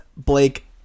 Blake